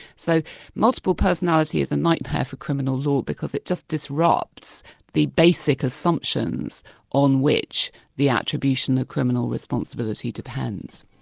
so multiple personality is a nightmare for criminal law because it just disrupts the basic assumptions on which h the attribution of criminal responsibility depends.